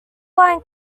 line